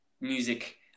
music